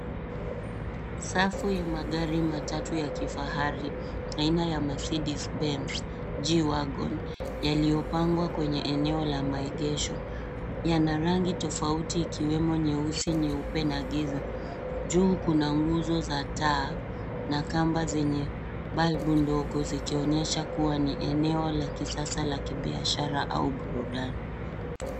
Safu ya magari matatu ya kifahari aina ya Mercedes benz G-wagon, yaliyopangwa kwenye eneo la maegesho yana rangi tofauti ikiwemo nyeusi, nyeupe na giza. Juu kuna nguzo za taa na kamba zenye balbu ndogo zikionyesha kuwa ni eneo la kisasa la kibiashara au burudani.